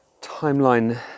timeline